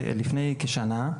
לפני שכשנה.